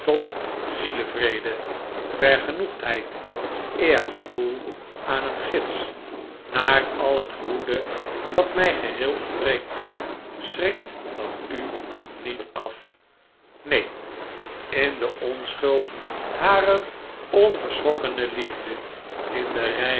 zielevrede vergenoegdheid eergevoel aan een gids naar al het goede dat mij geheel ontbreekt schrikt dat u niet af neen in de onschuld harer onverschrokkene liefde in den